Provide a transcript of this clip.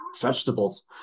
vegetables